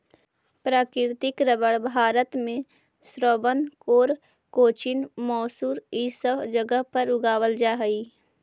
प्राकृतिक रबर भारत में त्रावणकोर, कोचीन, मैसूर इ सब जगह पर उगावल जा हई